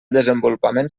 desenvolupament